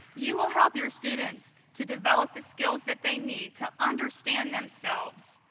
you will help your students to develop the skills that they need to understand themselves,